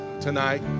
tonight